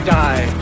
die